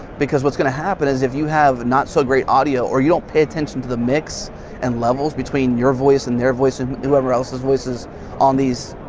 because what's going to happen is that you have not so great audio or you don't pay attention to the mix and levels between your voice and their voice and whoever else's voice is on these,